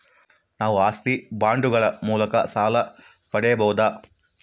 ನಾವು ಆಸ್ತಿ ಬಾಂಡುಗಳ ಮೂಲಕ ಸಾಲ ಪಡೆಯಬಹುದಾ?